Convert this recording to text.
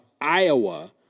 Iowa